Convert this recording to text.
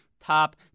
top